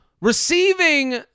Receiving